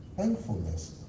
Thankfulness